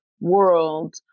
world